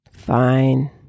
Fine